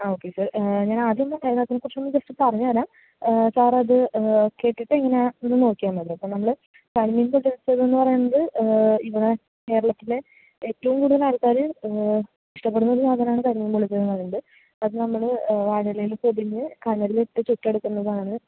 ആ okay sir ഞാൻ ആദ്യം അതിനെക്കുറിച്ച് ജസ്റ്റ് ഒന്ന് പറഞ്ഞു തരാം സാർ അത് കേട്ടിട്ട് ഇങ്ങനെ ഇത് നോക്കിയാൽ മതി അപ്പോൾ നമ്മൾ കരിമീൻ പൊള്ളിച്ചത് എന്ന് പറയുന്നത് കേരളത്തിലെ ഏറ്റവും കൂടുതൽ ആൾക്കാർ ഇഷ്ടപ്പെടുന്ന ഒരു സാധനമാണ് കരിമീൻ പൊള്ളിച്ചത് എന്ന് പറയുന്നത് അത് നമ്മൾ വാഴയിലയിൽ പൊതിഞ്ഞ് കനലിൽ ഇട്ട് ചുട്ട് എടുക്കുന്നതാണ്